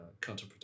counterproductive